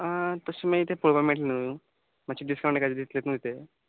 आ तशें माय तें पळोवपा मेळट्लें न्हू मात्शें डिस्कावंट एकादे दितले तुमी ते